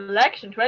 Election